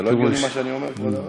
זה לא הגיוני מה שאני אומר, כבוד הרב?